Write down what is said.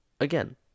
again